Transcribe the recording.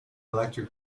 electric